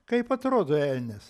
kaip atrodo elnias